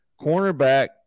Cornerback